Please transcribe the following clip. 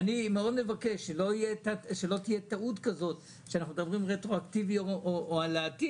אני מבקש שלא תהיה טעות כזו שאנחנו מדברים רטרו-אקטיבית או על העתיד,